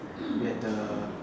we had the